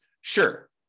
Sure